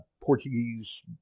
Portuguese